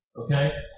Okay